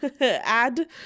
add